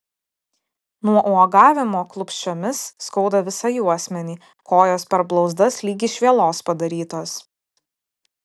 nuo uogavimo klupsčiomis skauda visą juosmenį kojos per blauzdas lyg iš vielos padarytos